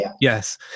Yes